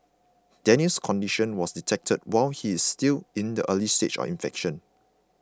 Daniel's condition was detected while he is still in the early stage of infection